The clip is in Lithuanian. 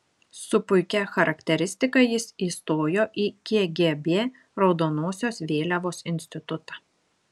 su puikia charakteristika jis įstojo į kgb raudonosios vėliavos institutą